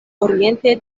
oriente